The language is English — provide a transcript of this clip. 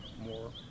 more